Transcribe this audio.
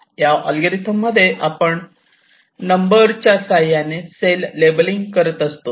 या अल्गोरिदम मध्ये आपण नंबरच्या साह्याने सेल लेबलिंग करत असतो